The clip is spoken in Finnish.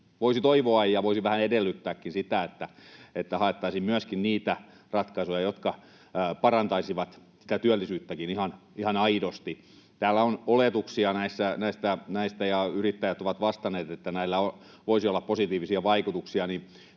voisi vähän edellyttääkin sitä, että haettaisiin myöskin niitä ratkaisuja, jotka parantaisivat sitä työllisyyttäkin ihan aidosti. Kun täällä on oletuksia näistä, ja yrittäjät ovat vastanneet, että näillä voisi olla positiivisia vaikutuksia,